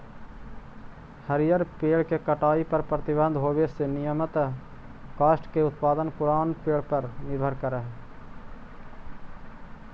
हरिअर पेड़ के कटाई पर प्रतिबन्ध होवे से नियमतः काष्ठ के उत्पादन पुरान पेड़ पर निर्भर करऽ हई